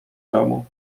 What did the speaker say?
domu